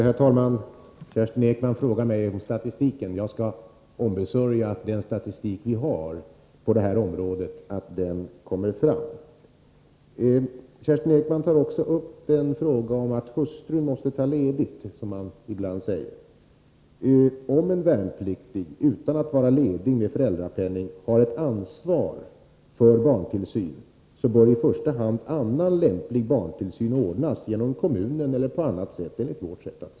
Herr talman! Kerstin Ekman frågar mig om det finns någon statistik. Jag skall ombesörja att den statistik som vi har på detta område kommer fram. Kerstin Ekman tar också upp frågan om att hustrun måste ta ledigt, som man ibland säger. Om en värnpliktig, utan att vara ledig med föräldrapenning, har ett ansvar för barntillsyn bör enligt vår mening i första hand annan lämplig barntillsyn ordnas, genom kommunen eller på annat sätt.